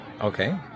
Okay